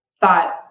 thought